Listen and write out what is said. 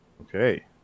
Okay